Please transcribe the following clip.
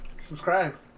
subscribe